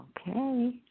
Okay